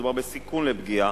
מדובר בסיכון של פגיעה,